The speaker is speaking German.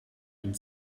ihn